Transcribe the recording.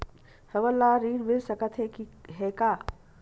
हमन ला ऋण मिल सकत हे का?